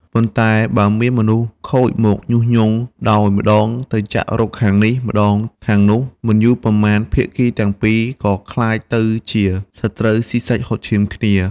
ប៉ុន្តែ បើមានមនុស្សខូចមកញុះញង់ ដោយម្ដងទៅចាក់រុកខាងនេះ ម្ដងខាងនោះ មិនយូរប៉ុន្មាន ភាគីទាំងពីរក៏ក្លាយទៅជាសត្រូវស៊ីសាច់ហុតឈាមគ្នា។